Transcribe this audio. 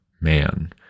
man